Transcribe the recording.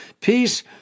Peace